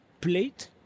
plate